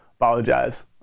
apologize